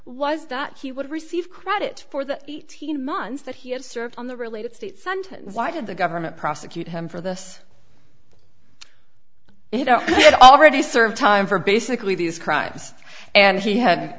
was that he would receive credit for the eighteen months that he had served on the related state sentence why did the government prosecute him for this you know it already served time for basically these crimes and if he had